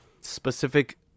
specific